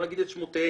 לא נגיד את שמותיהם,